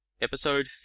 episode